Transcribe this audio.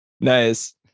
Nice